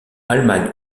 allemagne